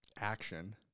action